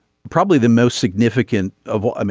probably the most significant of all um